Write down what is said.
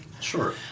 Sure